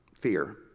fear